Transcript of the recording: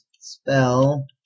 spell